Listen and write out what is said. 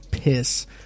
Piss